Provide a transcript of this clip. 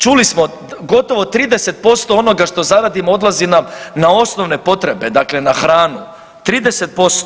Čuli smo, gotovo 30% onoga što zaradimo odlazi nam na osnovne potrebe dakle na hranu 30%